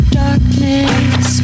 darkness